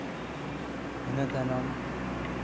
ᱤᱱᱟᱹ ᱛᱟᱭᱱᱚᱢ